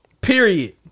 Period